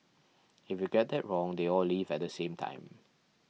if you get that wrong they all leave at the same time